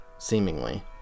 seemingly